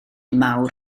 mawr